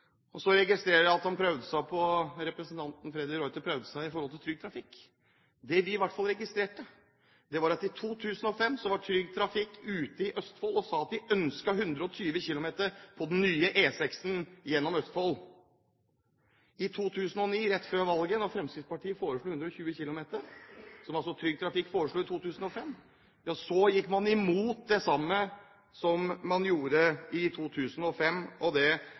landet. Så registrerer jeg at representanten Freddy de Ruiter prøvde seg når det gjelder Trygg Trafikk. I 2005 registrerte vi at Trygg Trafikk var i Østfold og sa at de ønsket 120 km/t på den nye E6 gjennom Østfold. Rett før valget i 2009 da Fremskrittspartiet foreslo 120 km/t, som altså Trygg Trafikk foreslo i 2005, gikk de imot det samme som de foreslo i 2005. Det har vi også innhentet tall på. Den 23. august 2005 ble dette publisert i Fredriksstad Blad og